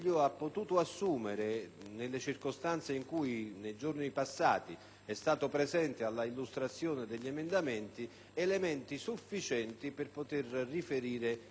nelle circostanze in cui nei giorni passati è stato presente all'illustrazione degli emendamenti, elementi sufficienti per poter riferire in merito al Governo.